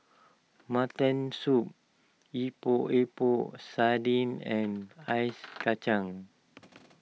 Mutton Soup Epok Epok Sardin and Ice Kacang